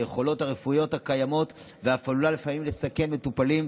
היכולות הרפואיות הקיימות ואף עלולה לפעמים לסכן מטופלים,